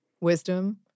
wisdom